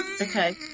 Okay